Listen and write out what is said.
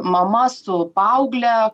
mama su paaugle